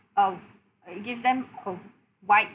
um it gives them a wide